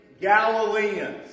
Galileans